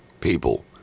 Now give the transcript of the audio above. People